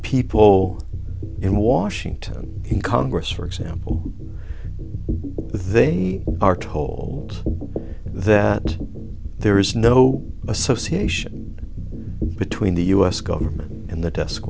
people in washington in congress for example they are told that there is no association between the u s government and the de